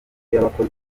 y’abakozi